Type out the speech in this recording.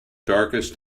darkest